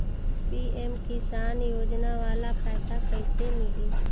PM Kisan योजना वाला पैसा कईसे मिली?